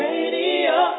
Radio